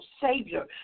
Savior